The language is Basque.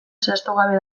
zehaztugabe